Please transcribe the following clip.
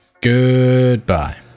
Goodbye